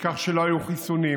מכך שלא היו חיסונים,